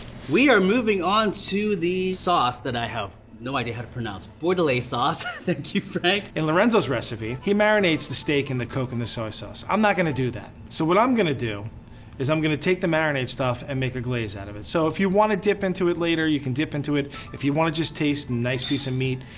we are moving on to the sauce that i have no idea how to pronounce. bordelaise sauce. ah thank you frank. in lorenzo's recipe, he marinates the steak in the coke and the soy sauce. i'm not gonna do that. so what i'm gonna do is i'm gonna take the marinade stuff and make a glaze out of it. so if you wanna dip into it later, you can dip into it. if you wanna just taste nice piece of meat,